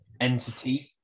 entity